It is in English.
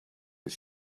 his